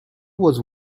was